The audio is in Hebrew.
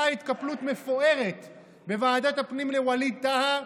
התקפלות מפוארת בוועדת הפנים לווליד טאהא.